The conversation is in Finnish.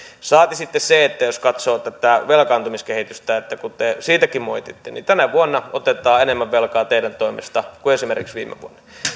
saati sitten se että jos katsoo tätä velkaantumiskehitystä ja kun te siitäkin moititte niin tänä vuonna otetaan enemmän velkaa teidän toimestanne kuin esimerkiksi viime vuonna